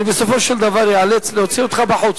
אני בסופו של דבר איאלץ להוציא אותך החוצה.